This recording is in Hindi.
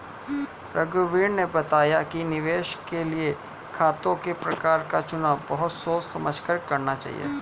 रघुवीर ने बताया कि निवेश के लिए खातों के प्रकार का चुनाव बहुत सोच समझ कर करना चाहिए